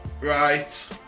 right